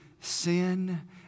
sin